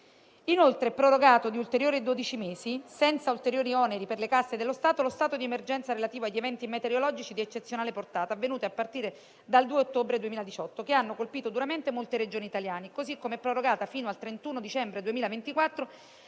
poi prorogato di altri dodici mesi, senza ulteriori oneri per le casse dello Stato, lo stato di emergenza relativo agli eventi metereologici di eccezionale portata, avvenuti a partire dal 2 ottobre 2018, che hanno colpito duramente molte Regioni italiane, così come è prorogata fino al 31 dicembre 2024